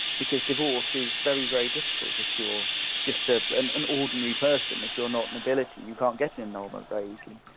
because divorce is very very difficult if you're just ah an an ordinary person, if you're not nobility you can't get an annulment very easily.